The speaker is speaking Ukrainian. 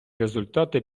результати